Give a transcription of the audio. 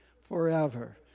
forever